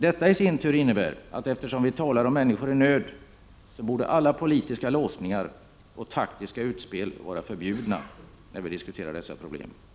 Detta i sin tur innebär, att eftersom vi talar om människor i nöd, så borde alla politiska låsningar och taktiska utspel vara förbjudna, när vi diskuterar dessa problem.